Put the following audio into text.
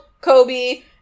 Kobe